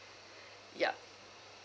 ya